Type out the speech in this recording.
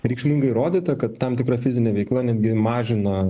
reikšmingai įrodyta kad tam tikra fizinė veikla netgi mažina